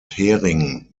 hering